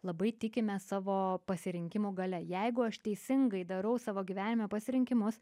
labai tikime savo pasirinkimų galia jeigu aš teisingai darau savo gyvenime pasirinkimus